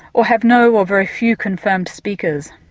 or have no or very few confirmed speakers.